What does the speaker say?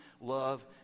love